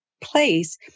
place